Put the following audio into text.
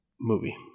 movie